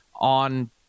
on